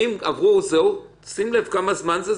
עד לרגע שקבעת אותו,